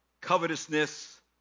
Covetousness